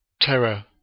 terror